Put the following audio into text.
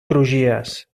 crugies